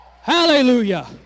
hallelujah